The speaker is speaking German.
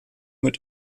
mit